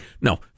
no